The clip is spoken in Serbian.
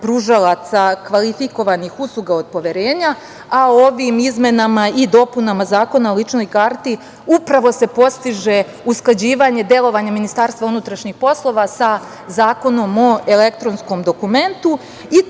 pružalaca kvalifikovanih usluga od poverenja, a ovim izmenama i dopunama Zakona o ličnoj karti upravo se postiže usklađivanje delovanja MUP sa Zakonom o elektronskom dokumentu